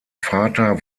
vater